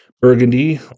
Burgundy